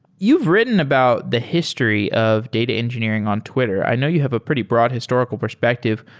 you've written about the history of data engineering on twitter. i know you have a pretty broad historical perspective.